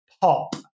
pop